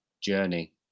journey